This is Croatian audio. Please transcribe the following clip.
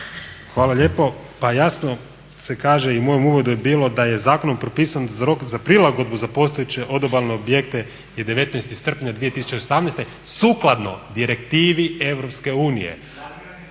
Hvala lijepo. Pa jasno se kaže i u mom uvodu je bilo da je zakonom propisan rok za prilagodbu za postojeće odobalne objekte je 19. srpnja 2018. sukladno Direktivi EU.